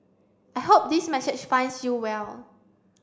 I hope this message finds you well